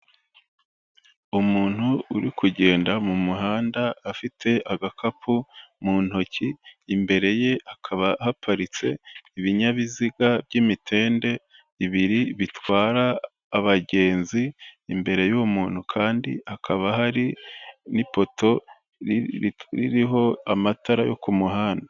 Umuntu uri kugenda mu muhanda afite agakapu mu ntoki, imbere ye hakaba haparitse ibinyabiziga by'imitende ibiri bitwara abagenzi, imbere y'uwo muntu kandi hakaba hari n'ipoto ririho amatara yo ku muhanda.